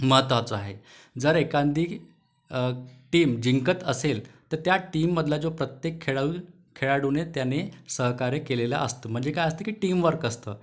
महत्त्वाचा आहे जर एखादी टीम जिंकत असेल तर त्या टीममधला जो प्रत्येक खेळाऊ खेळाडूने त्याने सहकार्य केलेलं असतं म्हणजे काय असत की टिमवर्क असतं